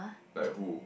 like who